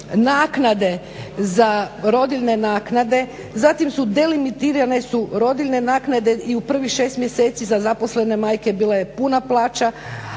uopće rodiljne naknade, zatim su delimitirane su rodiljne naknade i u prvih 6 mjeseci za zaposlene majke bila je puna plaća,